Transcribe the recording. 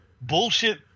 bullshit